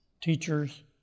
teachers